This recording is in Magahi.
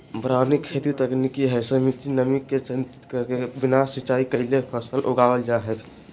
वारानी खेती तकनीक हई, सीमित नमी के संचित करके बिना सिंचाई कैले फसल उगावल जा हई